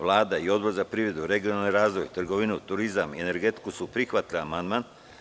Vlada i Odbor za privredu, regionalni razvoj, trgovinu, turizam i energetiku su prihvatili amandman.